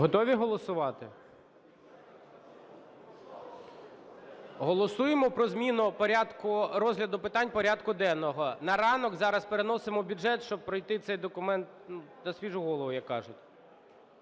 Готові голосувати? Голосуємо про зміну порядку розгляду питань порядку денного, на ранок зараз переносимо бюджет, щоб пройти цей документ на свіжу голову, як кажуть.